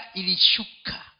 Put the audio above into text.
ilishuka